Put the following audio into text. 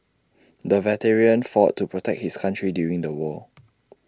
the veteran fought to protect his country during the war